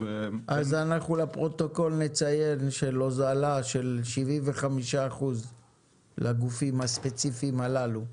אז אנחנו לפרוטוקול נציין הוזלה של 75% לגופים הספציפיים הללו.